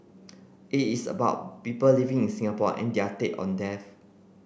it is about people living in Singapore and their take on death